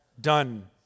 done